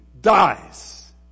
dies